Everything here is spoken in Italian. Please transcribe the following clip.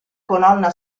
colonna